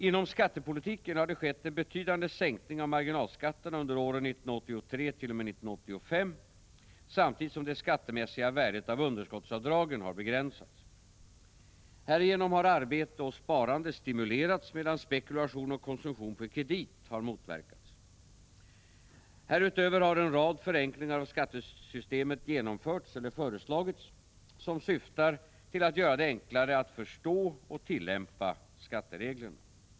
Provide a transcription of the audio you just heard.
Inom skattepolitiken har det skett en betydande sänkning av marginalskatterna under åren 1983-1985, samtidigt som det skattemässiga värdet av underskottsavdragen har begränsats. Härigenom har arbete och sparande stimulerats, medan spekulation och konsumtion på kredit har motverkats. Härutöver har en rad förenklingar av skattesystemet genomförts eller föreslagits, som syftar till att göra det enklare att förstå och tillämpa skattereglerna.